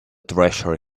treasure